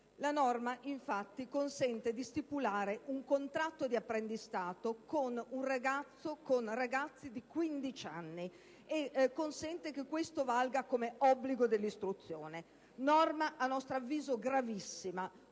La norma, infatti, consente di stipulare un contratto di apprendistato con ragazzi di 15 anni e prevede che questo valga come obbligo dell'istruzione. È una norma a nostro avviso gravissima,